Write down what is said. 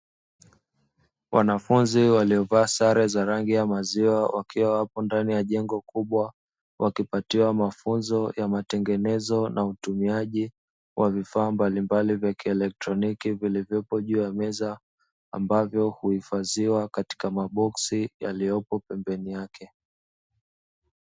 Wanafunzi waliovaa sare za rangi ya maziwa, wakiwa wapo ndani ya jengo kubwa wakipatiwa mafunzo ya matengenezo na utumiaji wa vifaa mbalimbali vya kielektroniki, vilivyopo juu ya meza ambavyo huhifadhiwa katika maboksi yaliyopo pembeni yake.